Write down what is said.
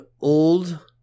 old